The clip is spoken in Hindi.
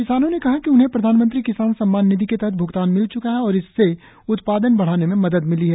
किसानों ने कहा कि उन्हें प्रधानमंत्री किसान सम्मान निधि के तहत भुगतान मिल चुका है और इससे उत्पादन बढ़ाने में मदद मिली है